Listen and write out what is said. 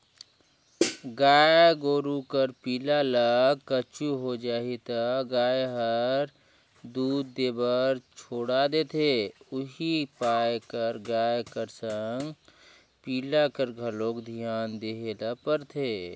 गाय गोरु कर पिला ल कुछु हो जाही त गाय हर दूद देबर छोड़ा देथे उहीं पाय कर गाय कर संग पिला कर घलोक धियान देय ल परथे